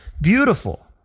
beautiful